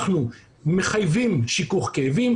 אנחנו מחייבים שיכוך כאבים,